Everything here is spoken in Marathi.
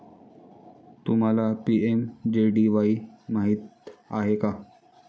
तुम्हाला पी.एम.जे.डी.वाई माहित आहे का?